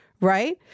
Right